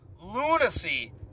lunacy